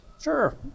sure